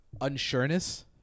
unsureness